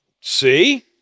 See